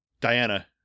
Diana